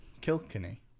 Kilkenny